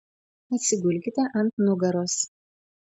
atsigulkite ant nugaros